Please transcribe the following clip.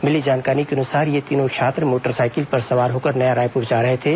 मिली जानकारी के अनुसार ये तीनों छात्र मोटरसाइकिल पर सवार होकर नया रायपुर जा रहे थे